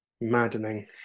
Maddening